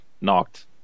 knocked